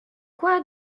quoi